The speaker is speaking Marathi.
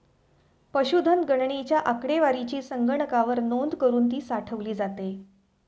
पशुधन गणनेच्या आकडेवारीची संगणकावर नोंद करुन ती साठवली जाते